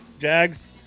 Jags